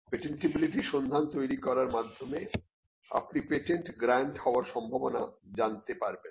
patentability সন্ধান তৈরি করার মাধ্যমে আপনি পেটেন্ট গ্র্যান্ট হবার সম্ভাবনা জানতে পারবেন